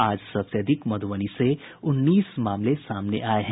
आज सबसे अधिक मध्रबनी से उन्नीस मामले सामने आये हैं